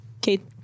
Kate